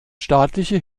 staatliche